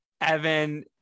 Evan